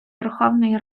верховної